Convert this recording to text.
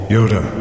Yoda